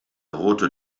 rote